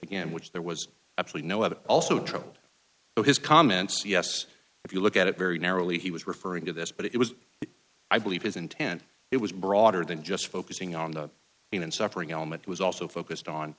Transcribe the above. again which there was actually no it also true but his comments yes if you look at it very narrowly he was referring to this but it was i believe his intent it was broader than just focusing on the human suffering element was also focused on